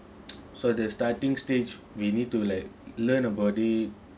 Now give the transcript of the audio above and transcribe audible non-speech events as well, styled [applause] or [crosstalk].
[noise] so the starting stage we need to like learn about it